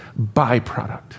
byproduct